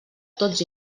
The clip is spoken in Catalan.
tots